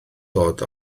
dod